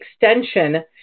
extension